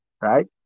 right